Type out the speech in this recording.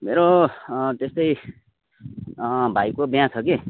मेरो त्यस्तै भाइको बिहा छ कि